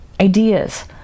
ideas